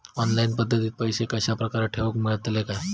Online पद्धतीन पैसे कश्या प्रकारे ठेऊक मेळतले काय?